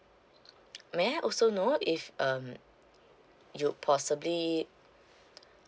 may I also know if um you possibly